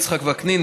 יצחק וקנין,